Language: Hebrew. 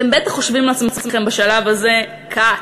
אתם בטח חושבים לעצמכם בשלב הזה: "כת"